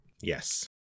yes